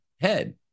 head